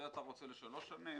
אתה רוצה לשלוש שנים,